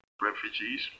Refugees